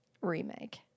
remake